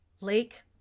Lake